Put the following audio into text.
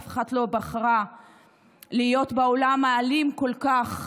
אף אחת לא בחרה להיות בעולם האלים כל כך